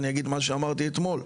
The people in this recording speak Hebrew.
אני אגיד מה שאמרתי אתמול.